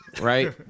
right